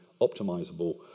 optimizable